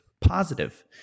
positive